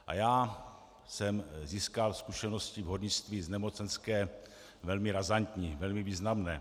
A já jsem získal zkušenosti v hornictví z nemocenské velmi razantní, velmi významné.